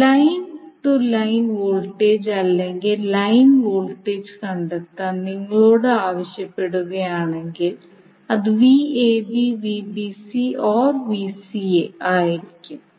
line to line voltage അല്ലെങ്കിൽ line voltage കണ്ടെത്താൻ നിങ്ങളോട് ആവശ്യപ്പെടുകയാണെങ്കിൽ അത് or ആയിരിക്കും